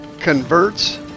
converts